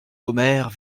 commères